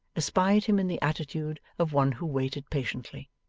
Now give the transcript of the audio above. espied him in the attitude of one who waited patiently.